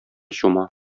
чума